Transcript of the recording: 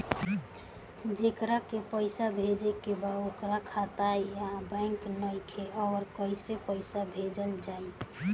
जेकरा के पैसा भेजे के बा ओकर खाता ए बैंक मे नईखे और कैसे पैसा भेजल जायी?